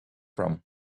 from